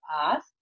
path